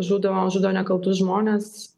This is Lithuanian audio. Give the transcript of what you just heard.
žudo žudo nekaltus žmones